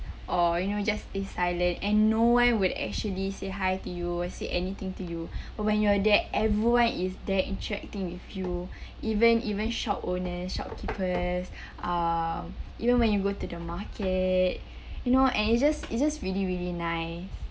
or you know just stay silent and no one would actually say hi to you or say anything to you when you're there everyone is there interacting with you even even shop owners shopkeepers uh even when you go to the market you know and it's just it's just really really nice